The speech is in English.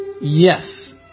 Yes